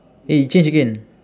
eh it change again